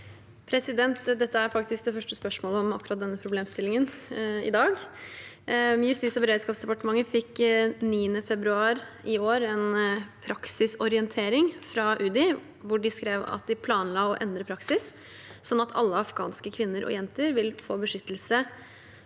Dette er faktisk det første spørsmålet om akkurat denne problemstillingen i dag. Justis- og beredskapsdepartementet fikk 9. februar i år en praksisorientering fra UDI, hvor de skrev at de planla å endre praksis slik at alle afghanske kvinner og jenter vil få beskyttelse,